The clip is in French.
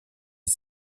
est